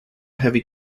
heavy